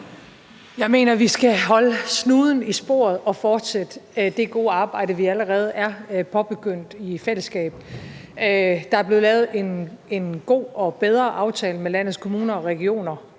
Jeg mener, at vi skal holde snuden i sporet og fortsætte det gode arbejde, vi allerede er påbegyndt i fællesskab. Der er blevet lavet en god og bedre aftale med landets kommuner og regioner,